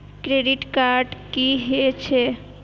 Credit card की हे छे?